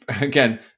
Again